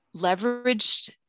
leveraged